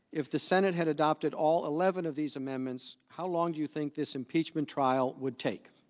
if the senate had adopted all eleven of these amendments how long do you think this impeachment trial would take?